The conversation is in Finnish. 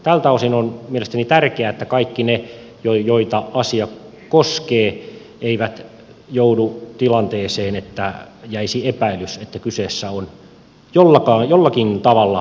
tältä osin on mielestäni tärkeää että kaikki ne joita asia koskee eivät joudu tilanteeseen että jäisi epäilys että kyseessä on jollakin tavalla määräaikainen laki